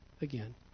again